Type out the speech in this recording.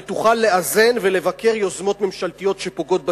שתוכל לאזן ולבקר יוזמות ממשלתיות שפוגעות בציבור.